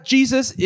Jesus